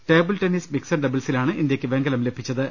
table tennis mixed ഡബിൾസിലാണ് ഇന്ത്യക്ക് വെങ്കലം ലഭിച്ചത്